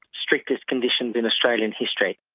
strictest conditions in australian history.